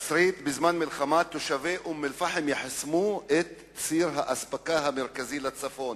התסריט בזמן מלחמה: תושבי אום-אל-פחם יחסמו את ציר האספקה המרכזי לצפון.